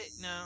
No